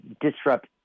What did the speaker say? disrupt